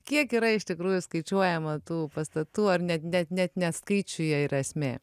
kiek yra iš tikrųjų skaičiuojama tų pastatų ar net net net ne skaičiuje yra esmė